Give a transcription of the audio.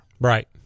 Right